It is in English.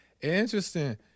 Interesting